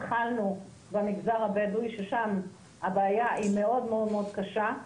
התחלנו במגזר הבדואי, שם הבעיה מאוד קשה.